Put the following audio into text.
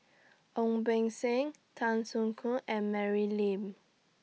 Ong Beng Seng Tan Soo Khoon and Mary Lim